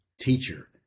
Teacher